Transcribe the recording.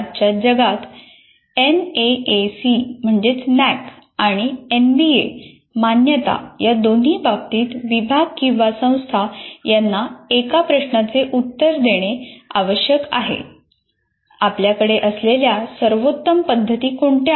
आजच्या जगात एनएएसी आणि एनबीए मान्यता या दोन्ही बाबतीत विभाग किंवा संस्था यांना एका प्रश्नाचे उत्तर देणे आवश्यक आहे आपल्याकडे असलेल्या सर्वोत्तम पद्धती कोणत्या आहेत